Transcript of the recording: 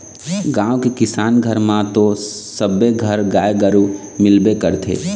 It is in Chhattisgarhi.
गाँव के किसान घर म तो सबे घर गाय गरु मिलबे करथे